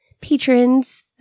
patrons